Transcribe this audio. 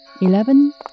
Eleven